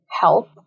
help